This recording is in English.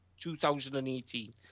2018